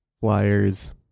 flyers